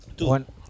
one